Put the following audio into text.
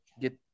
get